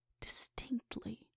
distinctly